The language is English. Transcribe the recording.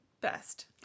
best